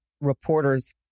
reporters